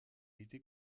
été